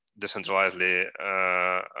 decentralizedly